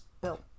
bill